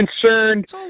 concerned